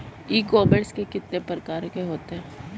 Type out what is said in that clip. ई commerce के कितने प्रकार होते हैं?